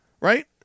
Right